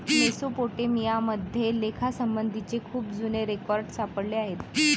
Mesopotamia मध्ये लेखासंबंधीचे खूप जुने रेकॉर्ड सापडले आहेत